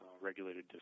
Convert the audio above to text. regulated